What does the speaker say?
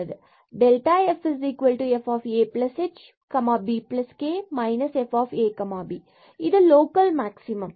ffahbk fab எனவே இது local maximum